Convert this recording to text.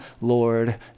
lord